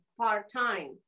part-time